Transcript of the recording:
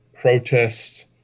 protests